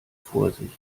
vorsicht